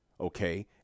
okay